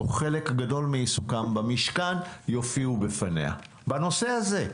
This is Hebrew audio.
או חלק גדול מעיסוקם במשכן יופיעו בפניה בנושא הזה.